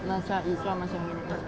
macam izuan macam gini